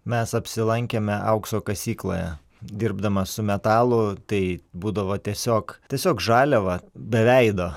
mes apsilankėme aukso kasykloje dirbdamas su metalu tai būdavo tiesiog tiesiog žaliava be veido